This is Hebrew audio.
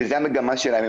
זו המגמה שלהם,